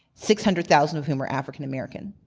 six hundred thousand of whom were african american.